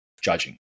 judging